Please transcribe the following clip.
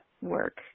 work